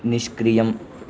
निष्क्रियम्